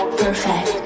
perfect